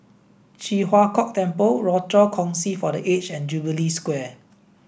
Ji Huang Kok Temple Rochor Kongsi for the Aged and Jubilee Square